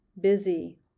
busy